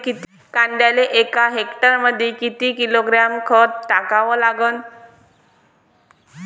कांद्याले एका हेक्टरमंदी किती किलोग्रॅम खत टाकावं लागन?